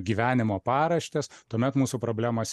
gyvenimo paraštes tuomet mūsų problemos